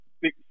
big